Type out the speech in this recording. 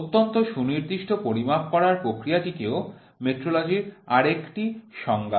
অত্যন্ত সুনির্দিষ্ট পরিমাপ করার প্রক্রিয়াটিও মেট্রোলজির আরেকটি সংজ্ঞা